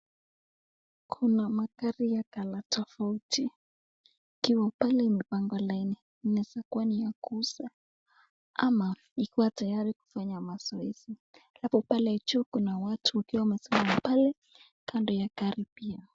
Kuna magari ya colour tofauti ikiwa pale imepanga laini. Inaeza kuwa ni ya kuuza ama ikiwa tayari kufanya mazoezi. Pale juu kuna watu wakiwa wamesimama pale kando ya gari pia.